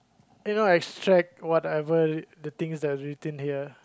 you know extract whatever the things that was written here